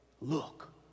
look